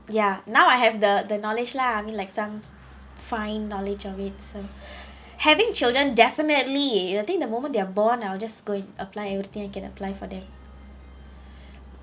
ya now I have the the knowledge lah I mean like some fine knowledge of it so having children definitely I don't think the moment they are born I'll just going apply everything I can apply for them